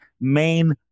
main